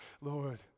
Lord